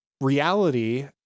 reality